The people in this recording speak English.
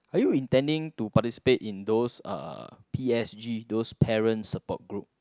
are you intending to participate in those uh P_S_G those parent support group